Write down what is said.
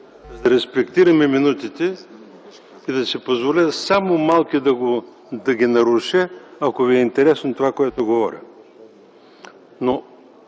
да респектираме минутите, ще си позволя само малко да ги наруша, ако ви е интересно това, което говоря.